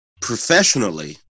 professionally